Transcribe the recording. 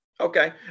Okay